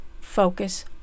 focus